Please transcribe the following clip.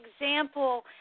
example